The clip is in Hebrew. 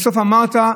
בסוף אמרת: